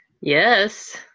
Yes